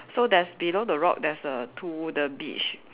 so there's below the rock there's a to the beach